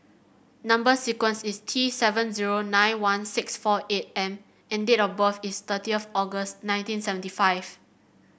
number sequence is T seven zero nine one six four eight M and date of birth is thirtieth August nineteen seventy five